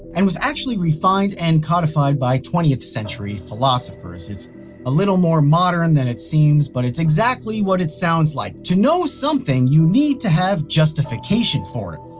and was actually refined and codified by twentieth century philosophers. it's a little more modern than it seems, but it's exactly what it sounds like to know something, you need to have justification for it.